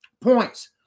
points